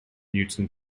newton